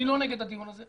אני לא נגד הדיון הזה,